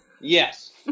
Yes